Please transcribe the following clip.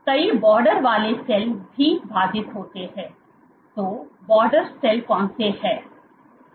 तो कई बॉर्डर वाले सेल भी बाधित होते हैं तो बॉर्डर सेल कौन से हैं